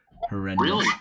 horrendous